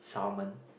salmon